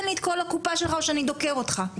תן לי את כל הקופה או שאני דוקר אותך.